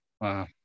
Wow